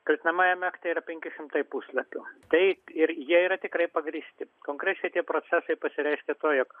kaltinamajame akte yra penki šimtai puslapių taip ir jie yra tikrai pagrįsti konkrečiai tie procesai pasireiškia tuo jog